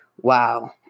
wow